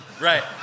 Right